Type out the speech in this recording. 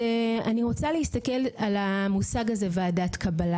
אני רוצה להסתכל על המושג הזה ועדת קבלה